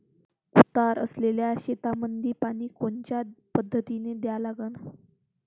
उतार असलेल्या शेतामंदी पानी कोनच्या पद्धतीने द्या लागन?